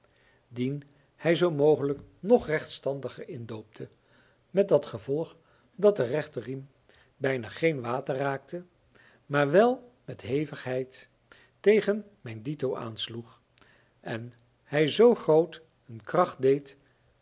dien hij zoo mogelijk nog rechtstandiger indoopte met dat gevolg dat de rechterriem bijna geen water raakte maar wel met hevigheid tegen mijn dito aansloeg en hij zoo groot een kracht deed